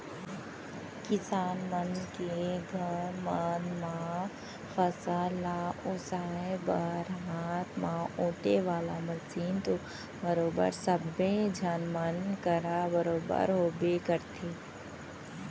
किसान मन के घर मन म फसल ल ओसाय बर हाथ म ओेटे वाले मसीन तो बरोबर सब्बे झन मन करा बरोबर होबे करथे